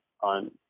on